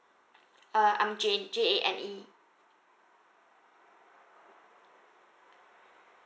uh I'm jane J A N E